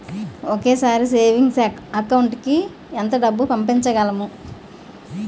ఒకేసారి savings account కి ఎంత డబ్బు పంపించగలము?